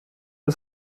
der